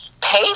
pay